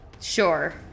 Sure